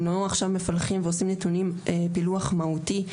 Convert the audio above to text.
הם לא עכשיו מפלחים ועושים פילוח מהותי.